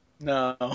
No